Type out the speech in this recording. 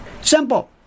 Simple